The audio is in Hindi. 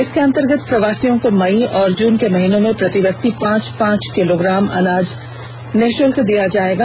इसके अंतर्गत प्रवासियों को मई और जून के महीनों में प्रति व्यक्ति पांच पांच किलोग्राम अनाज मुफ्त दिया जाएगा